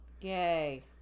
Yay